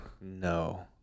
no